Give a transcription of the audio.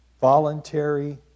Voluntary